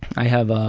i have ah